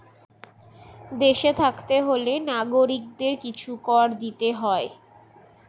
দেশে থাকতে হলে নাগরিকদের কিছু কর দিতে হয়